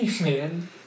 man